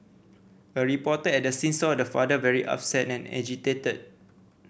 a reporter at the scene saw the father very upset and agitated